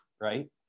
right